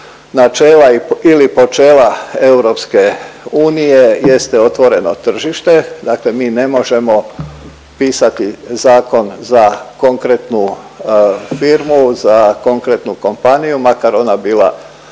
načela ili počela EU jeste otvoreno tržište, dakle mi ne možemo pisati zakon za konkretnu firmu, za konkretnu kompaniju, makar ona bila